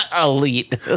Elite